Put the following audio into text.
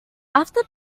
after